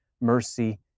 mercy